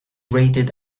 rated